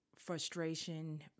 frustration